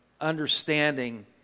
understanding